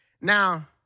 Now